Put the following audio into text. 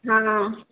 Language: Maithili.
हँ